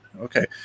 okay